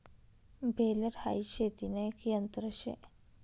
baler हाई शेतीन एक यंत्र शे